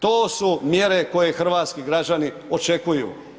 To su mjere koje hrvatski građani očekuju.